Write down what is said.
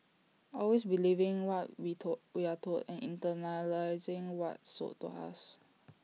always believing what we told we are told and internalising what's sold to us